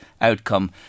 outcome